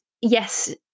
yes